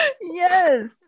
yes